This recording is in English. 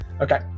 okay